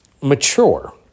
mature